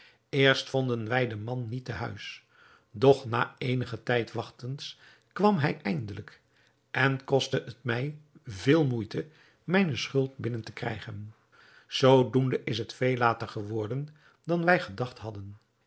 eerst vonden wij den man niet te huis doch na eenigen tijd wachtens kwam hij eindelijk en kostte het mij veel moeite mijne schuld binnen te krijgen zoo doende is het veel later geworden dan wij gedacht hadden